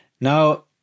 now